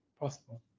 possible